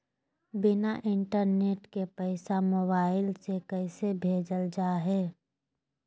बिना इंटरनेट के पैसा मोबाइल से कैसे भेजल जा है?